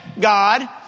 God